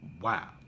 wow